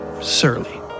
surly